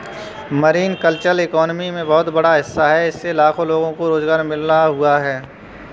marine culture economy में बहुत बड़ा हिस्सा है इससे लाखों लोगों को रोज़गार मिल हुआ है